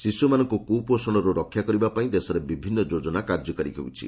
ଶିଶୁମାନଙ୍କୁ କୁପୋଷଣରୁ ରକ୍ଷା କରିବା ପାଇଁ ଦେଶରେ ବିଭିନ୍ନ ଯୋଜନା କାର୍ଯ୍ୟକାରୀ ହେଉଛି